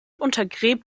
untergräbt